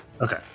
Okay